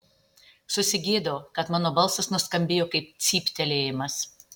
susigėdau kad mano balsas nuskambėjo kaip cyptelėjimas